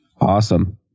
Awesome